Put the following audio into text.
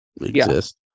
exist